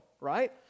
Right